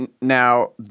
Now